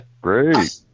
Great